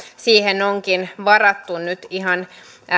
siihen onkin varattu nyt ihan